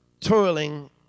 toiling